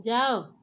ଯାଅ